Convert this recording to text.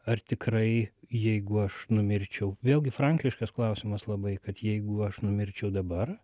ar tikrai jeigu aš numirčiau vėlgi frankliškas klausimas labai kad jeigu aš numirčiau dabar